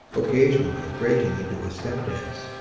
occasionally breaking into a stepdance.